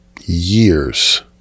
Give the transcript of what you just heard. years